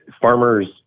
farmers